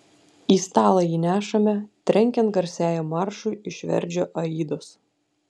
į stalą jį nešame trenkiant garsiajam maršui iš verdžio aidos